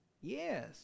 Yes